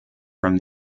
from